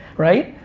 right.